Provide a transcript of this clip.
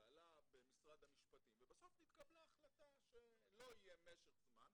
זה עלה במשרד המשפטים ובסוף נתקבלה החלטה שלא יהיה משך זמן,